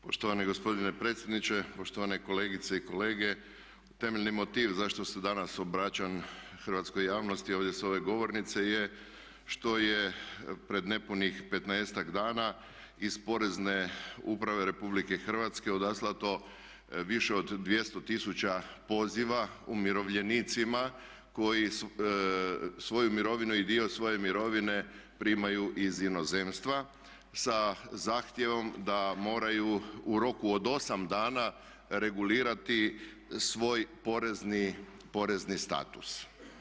Poštovani gospodine predsjedniče, poštovane kolegice i kolege temeljni motiv zašto se danas obraćam hrvatskoj javnosti ovdje s ove govornice je što je pred nepunih petnaestak dana iz Porezne uprave RH odaslano više od 200 tisuća poziva umirovljenicima koji svoju mirovinu i dio svoje mirovine primaju iz inozemstva sa zahtjevom da moraju u roku od 8 dana regulirati svoj porezni status.